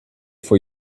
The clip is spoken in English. for